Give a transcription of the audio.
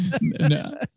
No